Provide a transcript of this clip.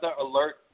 alert